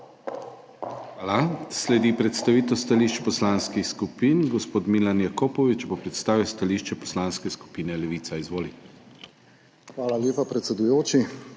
Hvala. Sledi predstavitev stališč poslanskih skupin. Gospod Milan Jakopovič bo predstavil stališče Poslanske skupine Levica. Izvoli. **MILAN JAKOPOVIČ